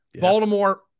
Baltimore